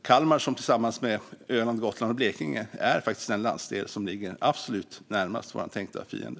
Kalmar är faktiskt, tillsammans med Öland, Gotland och Blekinge, den landsdel som ligger absolut närmast vår tänkta fiende.